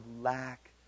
lack